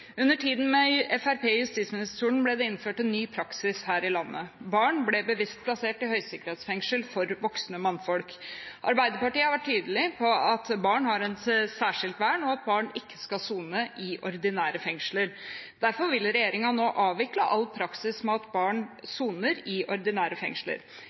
Under tiden med Fremskrittspartiet i justisministerstolen ble det innført en ny praksis her i landet. Barn ble bevisst plassert i høysikkerhetsfengsel for voksne mannfolk. Arbeiderpartiet har vært tydelig på at barn har et særskilt vern, og at barn ikke skal sone i ordinære fengsler. Derfor vil regjeringen nå avvikle all praksis med at barn soner i ordinære fengsler.